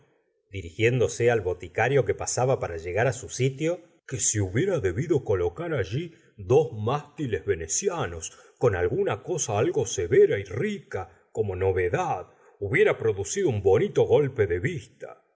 dirigiéndose al boticario que pasaba para llegar su sitio que se hubieran debido colocar allí dos mástiles venecianos con alguna cosa algo severa y rica como novedad hubiera producido un bonito golpe de vista